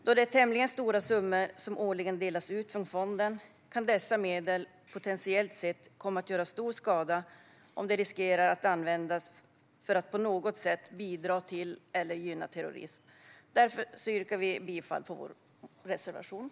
Då det är tämligen stora summor som årligen delas ut från fonden kan dessa medel potentiellt sett komma att göra stor skada om de skulle riskera att användas för att på något sätt bidra till eller gynna terrorism. Därför yrkar jag bifall till vår reservation.